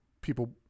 people